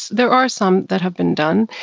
there are some that have been done.